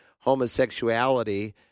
homosexuality